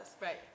Right